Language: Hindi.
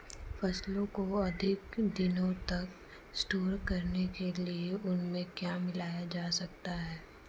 फसलों को अधिक दिनों तक स्टोर करने के लिए उनमें क्या मिलाया जा सकता है?